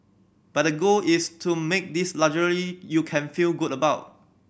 but the goal is to make this luxury you can feel good about